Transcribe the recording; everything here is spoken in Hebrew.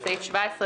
בסעיף 17,